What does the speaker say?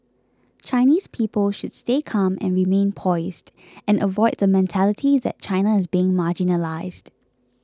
Chinese people should stay calm and remain poised and avoid the mentality that China is being marginalised